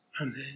Amen